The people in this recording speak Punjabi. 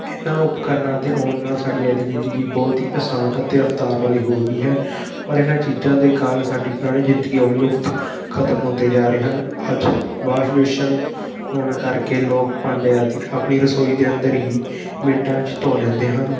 ਇਹਨਾਂ ਉਪਕਰਣਾ ਦੇ ਆਉਣ ਨਾਲ ਸਾਡੀ ਅੱਜ ਦੀ ਜ਼ਿੰਦਗੀ ਬਹੁਤ ਹੀ ਆਸਾਨ ਅਤੇ ਰਫ਼ਤਾਰ ਵਾਲੀ ਹੋ ਗਈ ਹੈ ਪਰ ਇਹਨਾਂ ਚੀਜ਼ਾਂ ਦੇ ਕਾਰਣ ਸਾਡੀ ਪੁਰਾਣੀ ਜ਼ਿੰਦਗੀ ਵਾਲੇ ਲੁਫ਼ਤ ਖਤਮ ਹੁੰਦੇ ਜਾ ਰਹੇ ਹਨ ਅੱਜ ਵਾਸ਼ਵਿਸ਼ਨ ਹੋਣ ਕਰਕੇ ਲੋਕ ਭਾਂਡੇ ਆਦਿ ਆਪਣੀ ਰਸੋਈ ਦੇ ਅੰਦਰ ਹੀ ਮਿੰਟਾਂ ਵਿੱਚ ਧੋ ਲੈਂਦੇ ਹਨ